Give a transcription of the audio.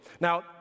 now